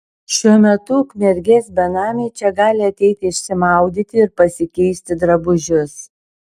šiuo metu ukmergės benamiai čia gali ateiti išsimaudyti ir pasikeisti drabužius